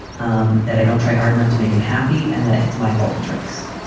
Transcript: um that i don't try hard enough to make him happy and that it's my fault he drinks.